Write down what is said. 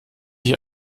hier